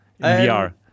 VR